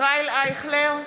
ישראל אייכלר,